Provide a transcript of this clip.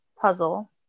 puzzle